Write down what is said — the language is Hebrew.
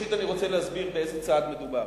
ראשית אני רוצה להסביר באיזה צעד מדובר.